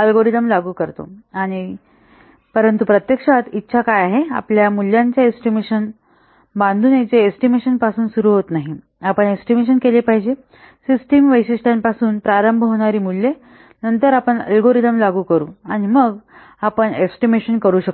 algorithm लागू करतो आणि एस्टिमेशन लावतो परंतु प्रत्यक्षात इच्छा काय आहे आपण मूल्यांचा एस्टिमेशन बांधू नये जे एस्टिमेशन पासून सुरू होत नाही आपण एस्टिमेशन केला पाहिजे सिस्टम वैशिष्ट्यांपासून प्रारंभ होणारी मूल्ये नंतर आपण अल्गोरिदम लागू करू आणि मग आपण एस्टिमेशन करू शकतो